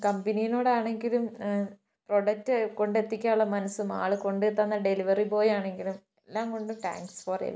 കമ്പനിയിനോടാണെങ്കിലും product കൊണ്ടെത്തിക്കാൻ ഉള്ള മനസ്സും ആളു കൊണ്ട് തന്ന ഡെലിവെറി ബോയ് ആണെങ്കിലും എല്ലാം കൊണ്ടും ടേങ്ക്സ് ഫോർ എവരിതിങ്ങ്